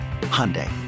Hyundai